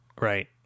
Right